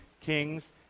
Kings